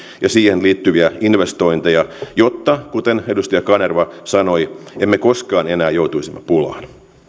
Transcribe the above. ja siihen liittyviä investointeja jotta kuten edustaja kanerva sanoi emme koskaan enää joutuisi pulaan